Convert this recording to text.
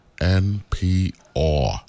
NPR